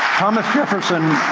thomas jefferson,